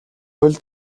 хөл